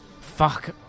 Fuck